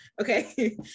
Okay